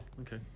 Okay